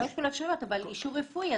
לא את כל האפשרויות אבל אישור רפואי.